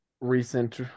recent